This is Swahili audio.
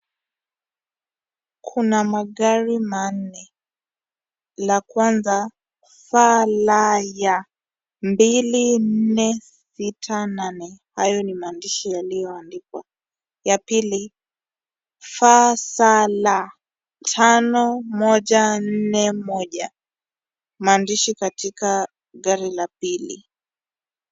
Kuna magari ma nne la kwanza FLY 2468 hayo ni maandishi yaliyo andikwa. Ya pili FSL 5141 maandishi katika gari la pili.